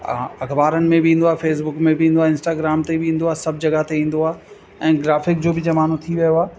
अख़बारुनि में बि ईंदो आहे फेसबुक में बि ईंदो आहे इंस्टाग्राम ते बि ईंदो आहे सभु जॻहि ते ईंदो आहे ऐं ग्राफिक जो ज़मानो थी वियो आहे